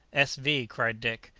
s. v, cried dick,